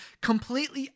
completely